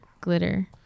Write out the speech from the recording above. Glitter